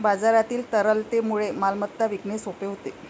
बाजारातील तरलतेमुळे मालमत्ता विकणे सोपे होते